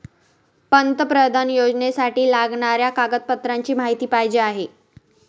पंतप्रधान योजनेसाठी लागणाऱ्या कागदपत्रांची माहिती पाहिजे आहे